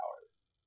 hours